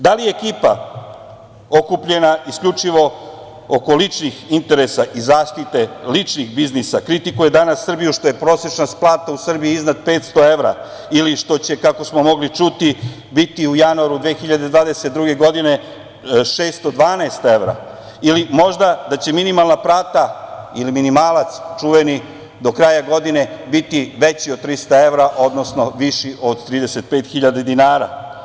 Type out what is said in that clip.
Da li ekipa okupljena isključivo oko ličnih interesa i zaštite ličnih biznisa kritikuje danas Srbiju što je prosečna plata u Srbiji iznad 500 evra ili što će, kako smo mogli čuti, biti u januaru 2022. godine 612 evra ili možda da će minimalna plata ili minimalac čuveni do kraja godine biti veći od 300 evra, odnosno viši od 35.000 dinara?